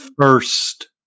First